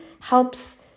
helps